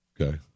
Okay